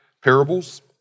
parables